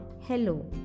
hello